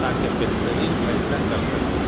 تاکہ بہترین فیصلہ کر سکوں